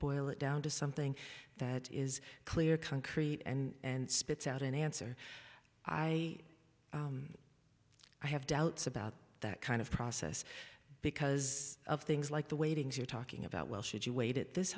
boil it down to something that is clear concrete and spits out an answer i i have doubts about that kind of process because of things like the weightings you're talking about well should you wait it this